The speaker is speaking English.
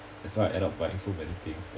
that's why I end up buying so many things